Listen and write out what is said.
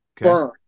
Burn